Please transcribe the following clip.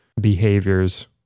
behaviors